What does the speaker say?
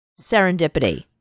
serendipity